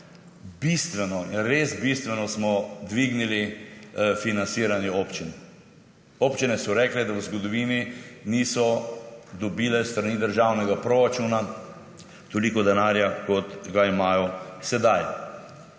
Bistveno, res bistveno smo dvignili financiranje občin. Občine so rekle, da v zgodovini niso dobile s strani državnega proračuna toliko denarja, kot ga imajo sedaj.